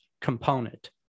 component